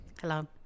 Hello